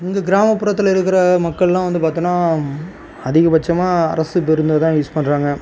எங்கள் கிராமப்புறத்தில் இருக்கிற மக்கள்லாம் வந்து பார்த்தோன்னா அதிகபட்சமாக அரசு பேருந்தை தான் யூஸ் பண்ணுறாங்க